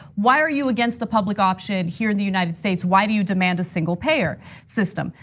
why are you against a public option here in the united states, why do you demand a single-payer system?